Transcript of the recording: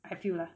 I feel lah